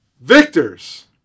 victors